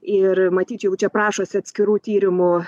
ir matyt jau čia prašosi atskirų tyrimų